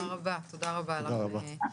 תודה רבה לך.